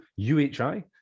UHI